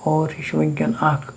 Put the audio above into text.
اور یہِ چھِ وٕنکٮ۪ن اَکھ